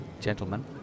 gentlemen